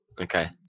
Okay